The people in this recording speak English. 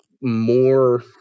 more